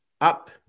up